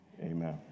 amen